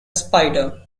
spider